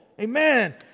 Amen